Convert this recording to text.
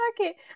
Okay